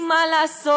כי מה לעשות?